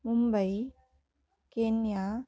Mumbai Kenya